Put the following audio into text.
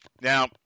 Now